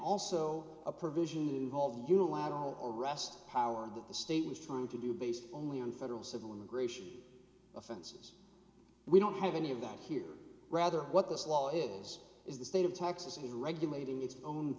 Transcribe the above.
also a provision that involved unilateral arrest power and that the state was trying to do based only on federal civil immigration offenses we don't have any of that here rather what this law is is the state of texas is regulating its own